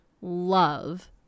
love